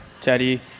Teddy